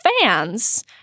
fans